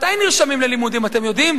מתי נרשמים ללימודים, אתם יודעים?